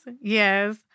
Yes